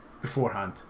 beforehand